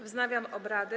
Wznawiam obrady.